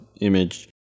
image